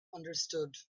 understood